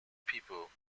people